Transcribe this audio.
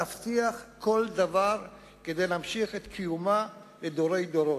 להבטיח כל דבר כדי להמשיך את קיומה לדורי דורות,